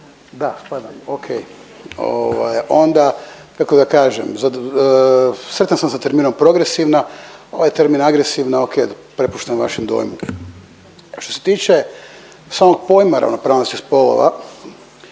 Da spadam, ok. Ovaj, onda kako da kažem, sretan sam sa terminom progresivna, ovaj termin agresivna ok, prepuštam vašem dojmu. Što se tiče samog pojma ravnopravnosti spolova,